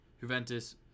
Juventus